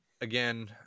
again